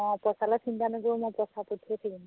অঁ পইচালৈ চিন্তা নকৰোঁ মই পইচা পঠিয়াই থাকিম